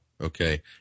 okay